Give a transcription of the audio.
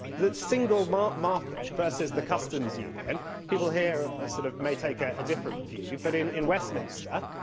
the single market market versus the customs union people here ah sort of may take a different view but, in westminster,